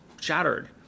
shattered